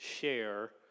share